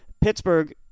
Pittsburgh